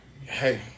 Hey